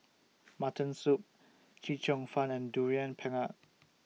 Mutton Soup Chee Cheong Fun and Durian Pengat